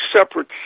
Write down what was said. separate